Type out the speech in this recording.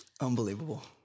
Unbelievable